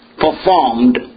performed